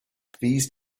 these